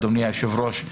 אדוני היושב-ראש,